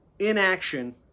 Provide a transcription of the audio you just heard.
Inaction